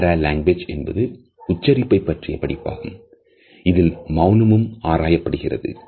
ஆகையால் இது திட்டமிட்டபடியே சில நேரங்களில் திட்டமிடாமல் பல நேரங்கள் நடப்பதை நம்மால் பார்க்க முடிகிறது